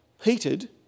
heated